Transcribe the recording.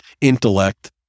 intellect